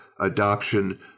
adoption